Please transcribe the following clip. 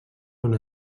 una